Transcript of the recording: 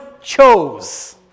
chose